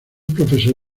profesor